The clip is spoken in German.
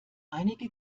einige